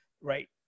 right